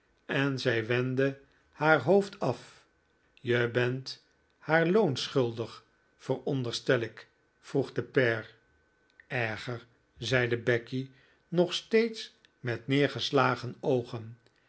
en zij wendde haar hoofd af je bent haar loon schuldig veronderstel ik vroeg de pair erger zeide becky nog steeds met neergeslagen oogen